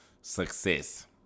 success